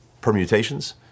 permutations